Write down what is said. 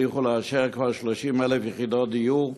שהצליחו לאשר כבר 30,000 יחידות דיור,